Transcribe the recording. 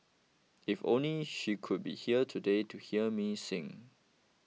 if only she could be here today to hear me sing